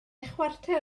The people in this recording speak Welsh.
chwarter